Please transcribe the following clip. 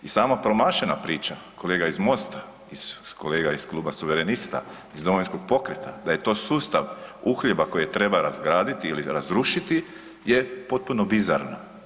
I samo promašena priča kolega iz MOST-a, kolega iz Kluba Suverenista, iz Domovinskog pokreta, da je to sustav uhljeba koje treba razgraditi ili razrušiti je potpuno bizarna.